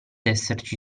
esserci